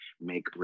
make